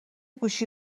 گوشی